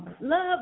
Love